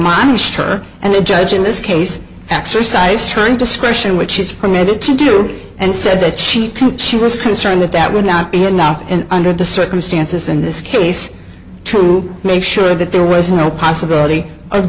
monster and the judge in this case exercise trying to special which is permitted to do and said that she was concerned that that would not be enough and under the circumstances in this case to make sure that there was no possibility of